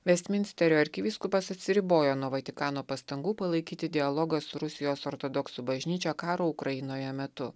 vestminsterio arkivyskupas atsiribojo nuo vatikano pastangų palaikyti dialogą su rusijos ortodoksų bažnyčia karo ukrainoje metu